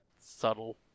Subtle